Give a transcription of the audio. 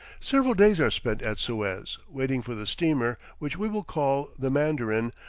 several days are spent at suez, waiting for the steamer which we will call the mandarin,